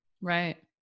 Right